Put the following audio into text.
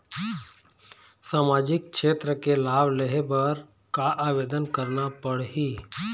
सामाजिक क्षेत्र के लाभ लेहे बर का आवेदन करना पड़ही?